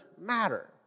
matter